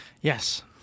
Yes